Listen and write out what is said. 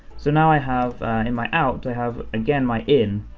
so now i have in my out, i have again my in,